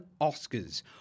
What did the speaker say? Oscars